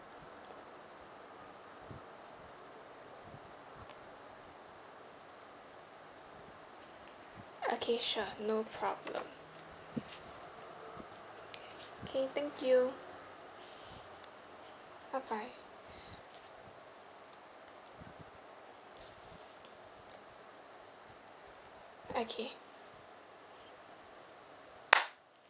okay sure no problem K thank you bye bye okay